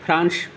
France